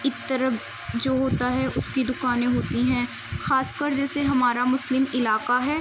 عطر جو ہوتا ہے اس کی دکانیں ہوتی ہیں خاص کر جیسے ہمارا مسلم علاقہ ہے